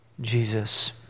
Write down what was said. Jesus